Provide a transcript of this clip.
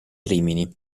rimini